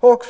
och 3.